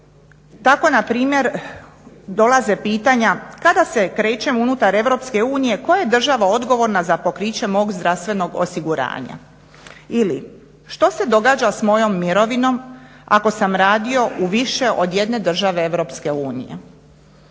Tako npr. dolaze pitanja kada se krećem unutar EU koja je država odgovorna za pokriće mog zdravstvenog osiguranja? Ili, što se događa s mojom mirovinom ako sam radio u više od jedne države EU?